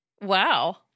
wow